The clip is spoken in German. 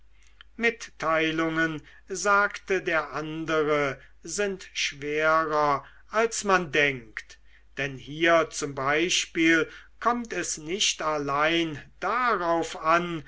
mitteilungen sagte der andere sind schwerer als man denkt denn hier z b kommt es nicht allein darauf an